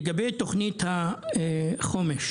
כדי שכל ראש רשות וועד ארצי יציג באופן פרטני לגבי הכבישים.